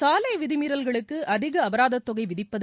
சாலை விதிமீறல்களுக்கு அதிக அபராதத்தொகை விதிப்பது